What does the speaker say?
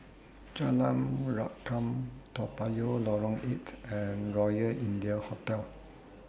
Jalan Rukam Toa Payoh Lorong eight and Royal India Hotel